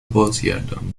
بازگردانید